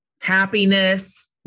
happiness